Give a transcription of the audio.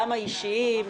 גם האישיים,